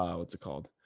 ah ah what's it called